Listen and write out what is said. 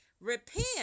repent